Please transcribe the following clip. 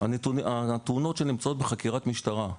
התאונות שנמצאות בחקירת משטרה,